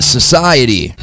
Society